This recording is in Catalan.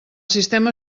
sistema